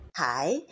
Hi